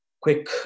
quick